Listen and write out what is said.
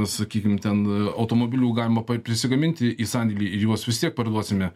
sakykim ten automobilių galima prisigaminti į sandėlį ir juos vis tiek parduosime